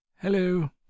Hello